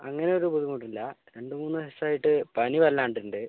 അങ്ങനൊരു ബുദ്ധിമുട്ടും ഇല്ല രണ്ട് മൂന്ന് ദിവസമായിട്ട് പനി വല്ലാണ്ട് ഉണ്ട്